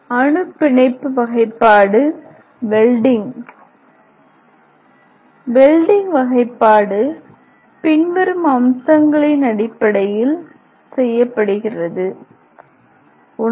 அணு பிணைப்பு வகைப்பாடு வெல்டிங் வெல்டிங் வகைப்பாடு பின்வரும் அம்சங்களின் அடிப்படையில் செய்யப்படுகிறது 1